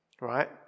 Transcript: right